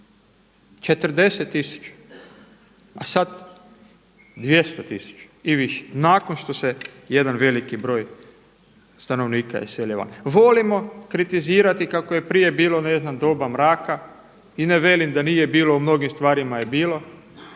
tisuća, a sada 200 tisuća i više nakon što se jedan veliki broj stanovnika iselio van. Volimo kritizirati kako je prije bilo doba mraka i ne velim da nije bilo, u mnogim stvarima je bilo.